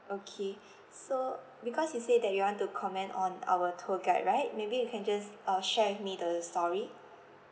okay so because you say that you want to comment on our tour guide right maybe you can just uh share with me the story